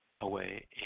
away